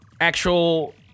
actual